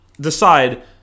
decide